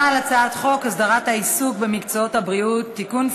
הצעת חוק הסדרת העיסוק במקצועות הבריאות (תיקון,